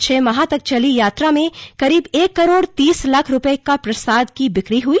छह माह तक चली यात्रा में करीब एक करोड़ तीस लाख रूपये के प्रसाद की बिक्री हुई